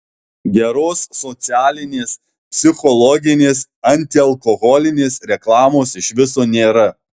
geros socialinės psichologinės antialkoholinės reklamos iš viso nėra